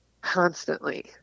constantly